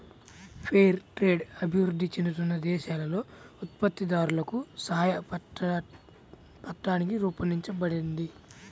fair trade అభివృద్ధి చెందుతున్న దేశాలలో ఉత్పత్తిదారులకు సాయపట్టానికి రూపొందించబడింది